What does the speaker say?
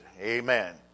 Amen